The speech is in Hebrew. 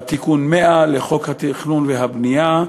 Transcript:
ותיקון 100 לחוק התכנון והבנייה.